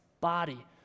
body